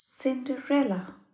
Cinderella